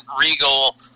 regal